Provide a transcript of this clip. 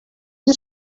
you